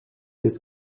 des